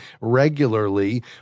regularly